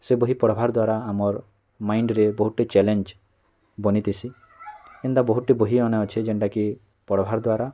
ସେ ବହି ପଢ଼୍ବାର୍ ଦ୍ଵାରା ଆମର୍ ମାଇଣ୍ଡରେ ବହୁଟେ ଚାଲେଞ୍ ବନିଥିସି ଏନ୍ତା ବହୁଟେ ବହିମାନେ ଅଛେ ଯେନ୍ଟାକି ପଢ଼୍ବାର୍ ଦ୍ଵାରା